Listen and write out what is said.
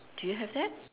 do you have that